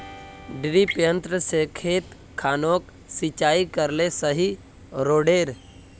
डिरिपयंऋ से खेत खानोक सिंचाई करले सही रोडेर?